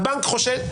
הבנק חושד.